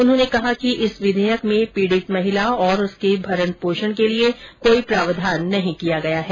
उन्होंने कहा कि इस विधेयक में पीडित महिला और उसके भरण पोषण के लिए कोई प्रावधान नहीं किया गया है